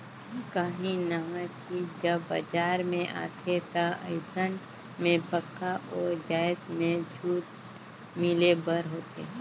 काहीं नावा चीज जब बजार में आथे ता अइसन में पक्का ओ जाएत में छूट मिले बर होथे